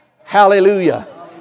Hallelujah